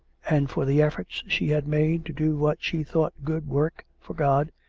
and for the efforts she had made to do what she thought good work for god,